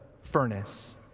furnace